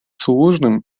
сложным